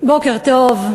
בוקר טוב,